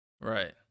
Right